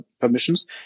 permissions